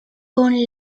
con